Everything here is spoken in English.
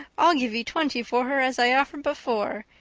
i'll give you twenty for her as i offered before,